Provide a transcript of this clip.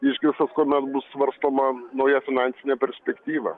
išgirstas kuomet bus svarstoma nauja finansinė perspektyva